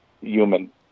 human